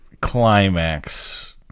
climax